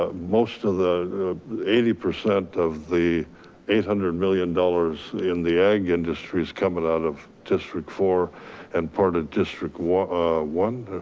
ah most of the eighty percent of the eight hundred million dollars in the ag industry is coming out of district four and part of district one,